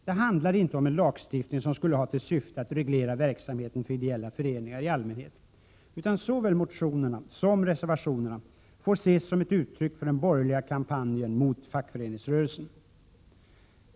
Det handlar inte om en lagstiftning som skulle ha till syfte att reglera verksamheten för ideella föreningar i allmänhet, utan såväl motionerna som reservationerna får ses som ett uttryck för den borgerliga kampanjen mot fackföreningsrörelsen.